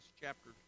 chapter